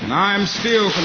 i am still